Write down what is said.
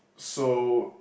so